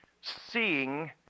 seeing